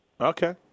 Okay